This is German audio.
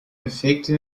effekte